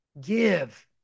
Give